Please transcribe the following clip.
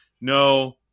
no